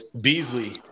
Beasley